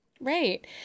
right